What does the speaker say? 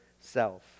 self